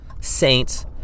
saints